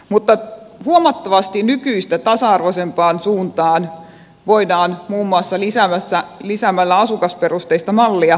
mutta huomattavasti nykyistä tasa arvoisempaan suuntaan voidaan päästä muun muassa lisäämällä asukasperusteista mallia